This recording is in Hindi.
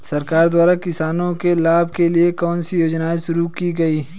सरकार द्वारा किसानों के लाभ के लिए कौन सी योजनाएँ शुरू की गईं?